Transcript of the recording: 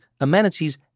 amenities